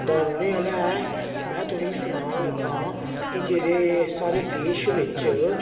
दा रौहने आहला ऐ में तुसेगी सनान लगा कि जेहडे़ साढ़े देश बिच